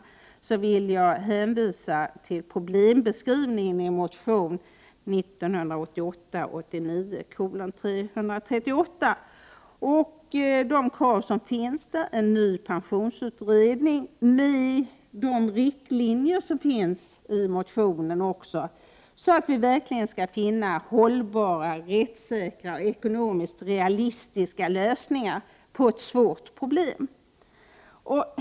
Därför vill jag hänvisa till problembeskrivningen i motion 1988/89:Sf338. De krav som där tas upp är förslag till riktlinjer för en ny pensionsberedning för att finna hållbara, rättssäkra och ekonomiskt realistiska lösningar på ett svårt problem.